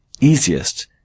easiest